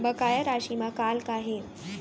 बकाया राशि मा कॉल का हे?